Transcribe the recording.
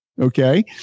Okay